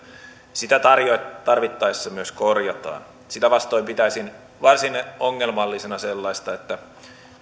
sitä tarvittaessa myös korjataan sitä vastoin pitäisin varsin ongelmallisena sellaista että